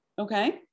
Okay